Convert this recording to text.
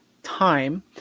time